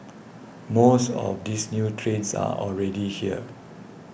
most of these new trains are already here